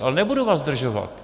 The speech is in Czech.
Ale nebudu vás zdržovat.